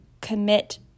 commit